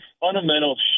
fundamental